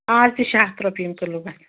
آز تہِ چھُ یہِ ہَتھ رۄپییہِ یِم کِلوٗ گژھن